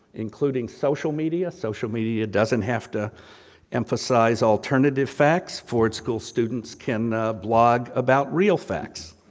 including social media. social media doesn't have to emphasize alternative facts, ford school students can blog about real facts,